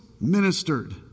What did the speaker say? ministered